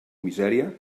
misèria